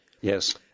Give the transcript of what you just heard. Yes